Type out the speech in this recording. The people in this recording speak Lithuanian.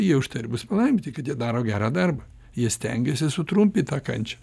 jie už tai ir bus palaiminti kad jie daro gerą darbą jie stengiasi sutrumpint tą kančią